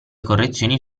correzioni